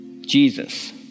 Jesus